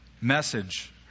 message